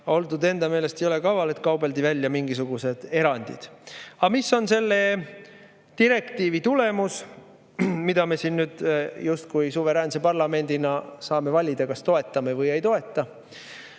oldud enda meelest jõle kaval, et kaubeldi välja mingisugused erandid. Aga mis on selle direktiivi tulemus, mida me siin nüüd justkui suveräänse parlamendina saame valida, kas toetame või ei toeta?